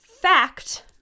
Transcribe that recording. fact